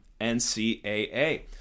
NCAA